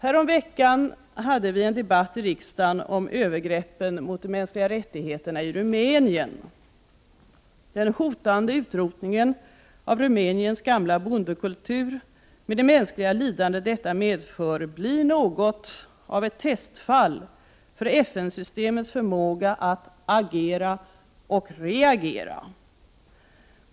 Häromveckan förde vi en debatt i riksdagen om övergreppen mot de mänskliga rättigheterna i Rumänien. Den hotande utrotningen av Rumäniens gamla bondekultur med det mänskliga lidande detta medför blir något av ett testfall för FN-systemets förmåga att agera och reagera.